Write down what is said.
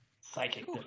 Psychic